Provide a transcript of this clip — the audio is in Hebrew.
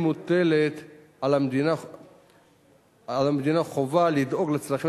אם מוטלת על המדינה חובה לדאוג לצרכים